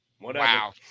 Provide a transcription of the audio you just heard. Wow